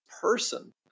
person